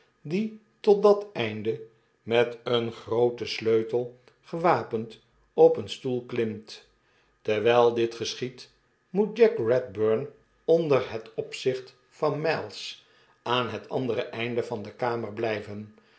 die tot dat einde met een grooten sleutel gewapend op een stoel klimt terwyl dit geschieat moet jack redburn onder het opzicht van miles aan het andere einde van de kamer blijven